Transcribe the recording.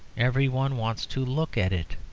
every one wants to look at it.